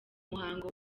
muhango